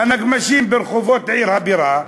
הנגמ"שים ברחובות עיר הבירה,